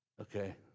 okay